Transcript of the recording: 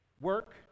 Work